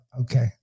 Okay